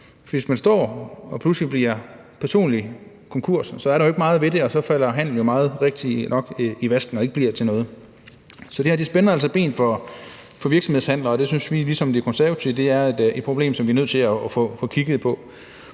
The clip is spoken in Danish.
hvis man står og pludselig er personlig konkurs, er der jo ikke meget ved det, og så falder handelen jo rigtignok i vasken og bliver ikke til noget. Så det her spænder altså ben for virksomhedshandeler, og det synes vi ligesom De Konservative er et problem, som vi er nødt til at få kigget på.